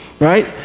Right